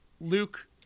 Luke